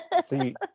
See